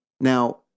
Now